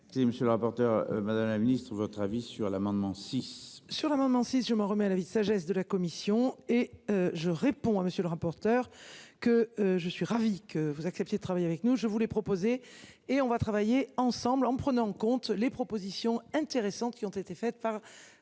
monsieur le rapporteur. Madame la Ministre votre avis sur l'amendement six. Sur l'amendement si je m'en remets à la vie de sagesse de la commission et je réponds à monsieur le rapporteur, que je suis ravi que vous acceptiez de travailler avec nous. Je voulais proposer et on va travailler ensemble, en prenant en compte les propositions intéressantes qui ont été faites par.